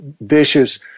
vicious